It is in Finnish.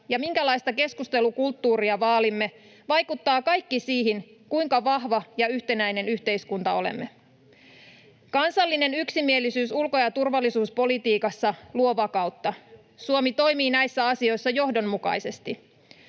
ja minkälaista keskustelukulttuuria vaalimme, vaikuttaa kaikki siihen, kuinka vahva ja yhtenäinen yhteiskunta olemme. Kansallinen yksimielisyys ulko- ja turvallisuuspolitiikassa luo vakautta. Suomi toimii näissä asioissa johdonmukaisesti.